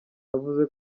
avuze